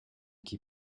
qui